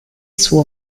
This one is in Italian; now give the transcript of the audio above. suo